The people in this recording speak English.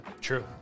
True